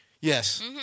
Yes